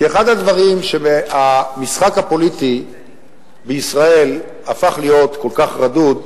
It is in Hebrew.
כי אחד הדברים שבהם המשחק הפוליטי בישראל הפך להיות כל כך רדוד,